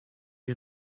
you